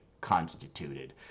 constituted